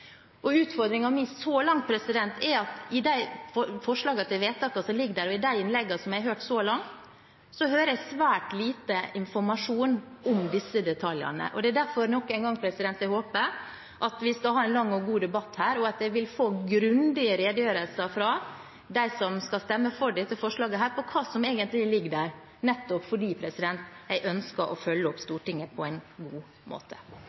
så langt er at jeg i de forslagene til vedtak som foreligger i denne saken, og i de innleggene som jeg har hørt så langt, hører svært lite informasjon om disse detaljene. Det er derfor jeg nok en gang vil si at jeg håper vi får en lang og god debatt her, og at jeg vil få grundige redegjørelser fra dem som skal stemme for dette forslaget, om hva som egentlig ligger i det, nettopp fordi jeg ønsker å følge opp Stortingets vedtak på en god måte.